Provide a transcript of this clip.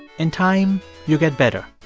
in time, you get better.